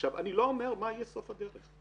עכשיו אני לא אומר מה יהיה סוף הדרך.